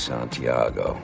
Santiago